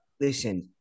Listen